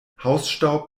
hausstaub